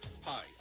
Hi